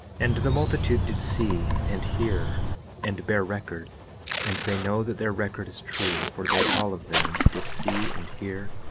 and the multitude did see and hear and bear record and they know that their record is true for they all of them did see and hear,